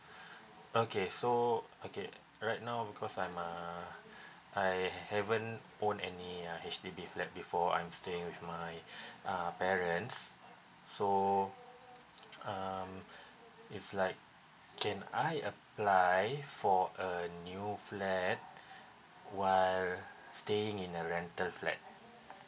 okay so okay right now because I'm uh I haven't own any uh H_D_B flat before I'm staying with my uh parents so um it's like can I apply for a new flat while staying in a rental flat